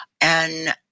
And-